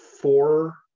Four